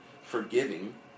forgiving